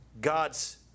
God's